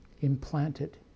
implanted